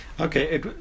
Okay